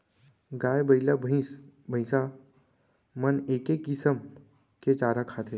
गाय, बइला, भईंस भईंसा मन एके किसम के चारा खाथें